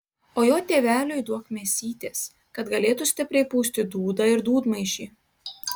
o jo tėveliui duok mėsytės kad galėtų stipriai pūsti dūdą ir dūdmaišį